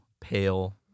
pale